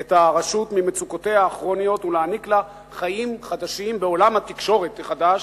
את הרשות ממצוקותיה הכרוניות ולהעניק לה חיים חדשים בעולם התקשורת החדש,